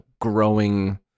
growing